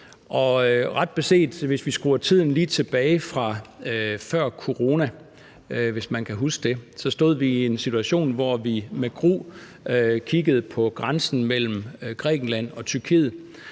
har ønsket. Hvis vi skruer tiden tilbage til før corona, hvis man kan huske det, stod vi en situation, hvor vi med gru kiggede på grænsen mellem Grækenland og Tyrkiet